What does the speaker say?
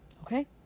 Okay